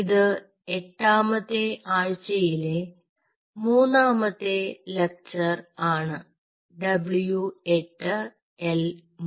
ഇത് എട്ടാമത്തെ ആഴ്ചയിലെ മൂന്നാമത്തെ ലെക്ചർ ആണ് W8 L3